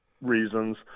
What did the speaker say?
reasons